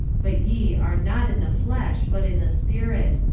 but ye are not in the flesh, but in the spirit,